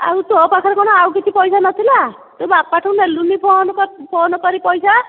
ଆଉ ତୋ ପାଖରେ କ'ଣ ଆଉ କିଛି ପଇସା ନଥିଲା ତୁ ବାପାଠୁ ନେଲୁନି ଫୋନ୍ ଫୋନ୍ କରି ପଇସା